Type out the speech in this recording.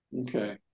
Okay